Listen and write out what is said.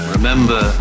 Remember